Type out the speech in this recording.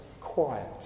quiet